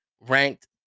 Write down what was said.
ranked